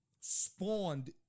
spawned